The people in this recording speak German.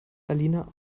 alina